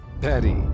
Patty